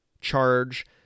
charge